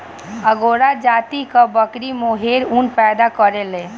angora जाति कअ बकरी मोहेर ऊन पैदा करेले